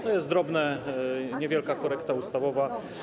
To jest drobna, niewielka korekta ustawowa.